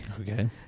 Okay